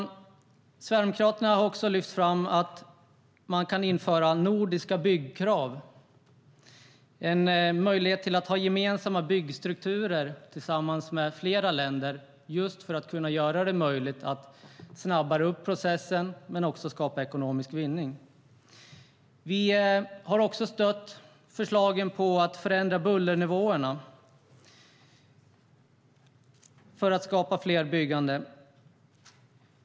Sverigedemokraterna har också lyft fram att man kan införa nordiska byggkrav. Gemensamma byggstrukturer tillsammans flera länder skulle göra det möjligt att snabba upp processen, men också att skapa ekonomisk vinning. Vi har också stött förslaget om en förändring av bullernivåerna för att skapa mer byggande.